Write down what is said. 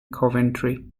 coventry